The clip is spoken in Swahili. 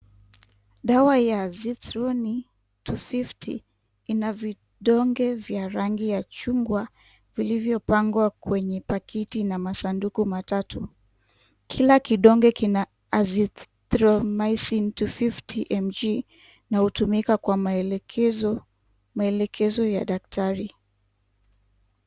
Dawa ya Zethruny two fifty ina vidonge vya rangi ya chungwa vilivyopangwa kwenye paketi na masanduku matatu. Kila kidonge kina Azithromycin two fifty mg na hutumika kwa maelekezo, maelekezo ya daktari.